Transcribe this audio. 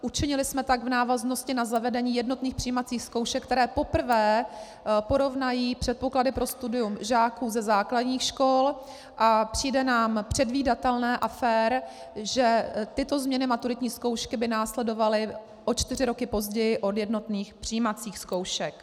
Učinili jsme tak v návaznosti na zavedení jednotných přijímacích zkoušek, které poprvé porovnají předpoklady pro studium žáků ze základních škol, a přijde nám předvídatelné a fér, že tyto změny maturitní zkoušky by následovaly o čtyři roky později od jednotných přijímacích zkoušek.